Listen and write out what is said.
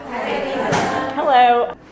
Hello